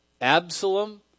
Absalom